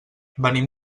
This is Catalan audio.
venim